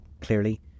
Clearly